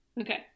Okay